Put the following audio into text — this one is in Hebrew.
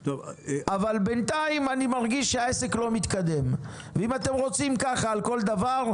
אבל בינתיים אני מרגיש שהעסק לא מתקדם ואם אתם רוצים ככה על כל דבר,